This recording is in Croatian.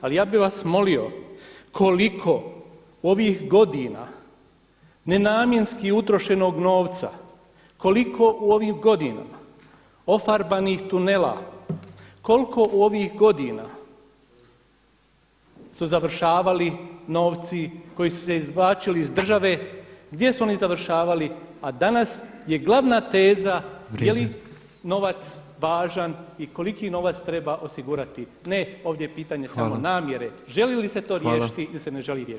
Ali ja bih vas molio koliko u ovih godina nenamjenski utrošenog novca, koliko u ovih godina ofarbanih tunela, koliko u ovih godina su završavali novci koji su se izvlačili iz države gdje su oni završavali a danas je glavna teza je li novac važan i koliki novac treba osigurati, ne ovdje je pitanje samo namjere, želi li se to riješiti ili se ne želi